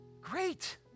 Great